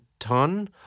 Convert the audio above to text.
ton